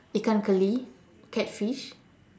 ikan keli catfish